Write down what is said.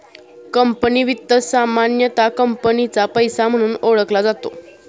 company वित्त सामान्यतः कंपनीचा पैसा म्हणून ओळखला जातो